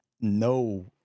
no